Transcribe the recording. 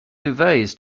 duvets